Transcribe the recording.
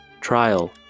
Trial